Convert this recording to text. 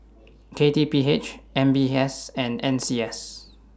K T P H M B S and N C S